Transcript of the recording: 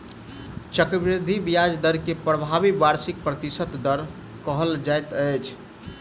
चक्रवृद्धि ब्याज दर के प्रभावी वार्षिक प्रतिशत दर कहल जाइत अछि